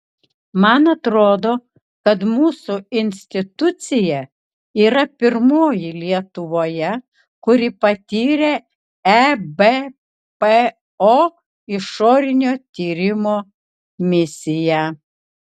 man atrodo kad mūsų institucija yra pirmoji lietuvoje kuri patyrė ebpo išorinio tyrimo misiją